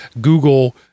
Google